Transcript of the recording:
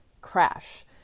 Crash